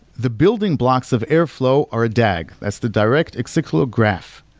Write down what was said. the building blocks of airflow are a dag, that's the direct acyclic graph.